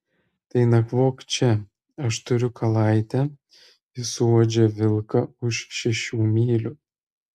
tai nakvok čia aš turiu kalaitę ji suuodžia vilką už šešių mylių